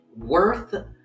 worth